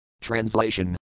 Translation